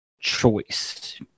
choice